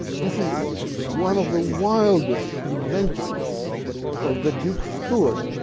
this is one of the wildest inventions of the duke's steward,